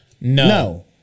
no